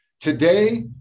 Today